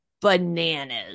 bananas